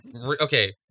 okay